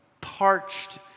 parched